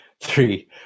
Three